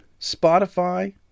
Spotify